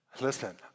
Listen